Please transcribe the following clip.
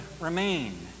remain